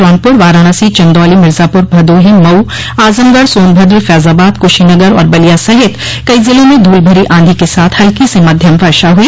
जौनपुर वाराणसी चन्दौली मिर्जापुर भदोही मऊ आजमगढ़ सोनभद्र फैजाबाद कुशीनगर और बलिया सहित कई जिलों में धूलभरी आंधी के साथ हल्की से मध्यम वर्षा हुई